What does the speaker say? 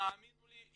תאמינו לי,